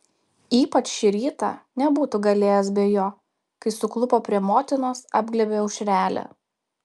ypač šį rytą nebūtų galėjęs be jo kai suklupo prie motinos apglėbė aušrelę